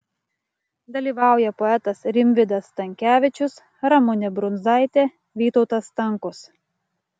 dalyvauja poetas rimvydas stankevičius ramunė brundzaitė vytautas stankus